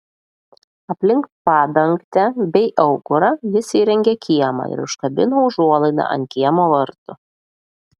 aplink padangtę bei aukurą jis įrengė kiemą ir užkabino užuolaidą ant kiemo vartų